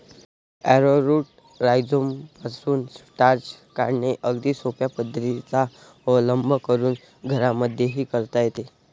arrowroot राईझोमपासून starch काढणे अगदी सोप्या पद्धतीचा अवलंब करून घरांमध्येही करता येते